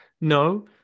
No